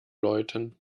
läuten